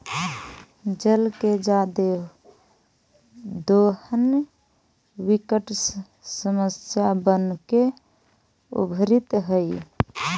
जल के जादे दोहन विकट समस्या बनके उभरित हई